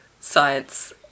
science